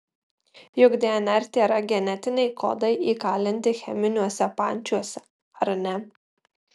juk dnr tėra genetiniai kodai įkalinti cheminiuose pančiuose ar ne